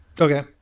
Okay